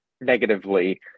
negatively